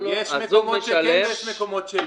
יש מקומות שכן ויש מקומות שלא.